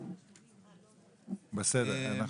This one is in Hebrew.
כלום, אז פה אנחנו